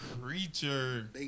creature